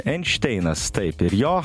einšteinas taip ir jo